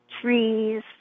trees